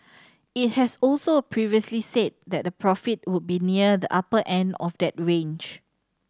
it has also previously said that profit would be near the upper end of that range